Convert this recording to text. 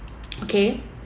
okay